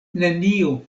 nenio